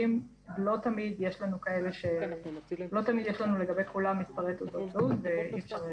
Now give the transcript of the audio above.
אלה שהם גם וגם הם גם מקבלים מסרון וגם מתקשרים